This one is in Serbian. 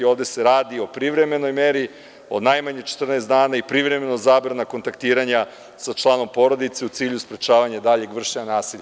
Ovde se radi o privremenoj meri, o najmanje 14 dana i privremena zabrana kontaktiranja sa članom porodice u cilju sprečavanja daljeg vršenja nasilja.